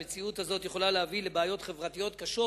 המציאות הזאת יכולה להביא לבעיות חברתיות קשות